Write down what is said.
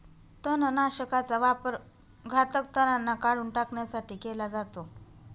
तणनाशकाचा वापर घातक तणांना काढून टाकण्यासाठी केला जातो